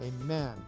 Amen